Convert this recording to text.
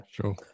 Sure